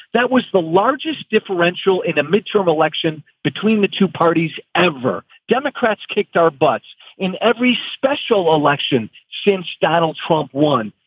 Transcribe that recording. that was the largest differential in a midterm election between the two parties ever. democrats kicked our butts in every special election since donald trump won.